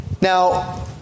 Now